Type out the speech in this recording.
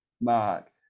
mark